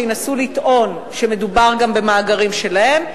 שינסו לטעון שמדובר גם במאגרים שלהם.